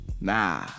Nah